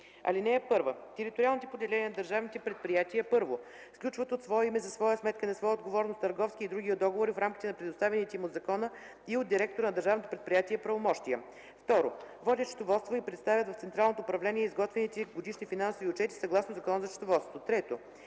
174. (1) Териториалните поделения на държавните предприятия: 1. сключват от свое име, за своя сметка и на своя отговорност търговски и други договори в рамките на предоставените им от закона и от директора на държавното предприятие правомощия; 2. водят счетоводство и представят в централното управление изготвените годишни финансови отчети, съгласно Закона за счетоводството; 3.